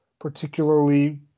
particularly